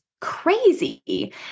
crazy